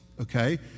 okay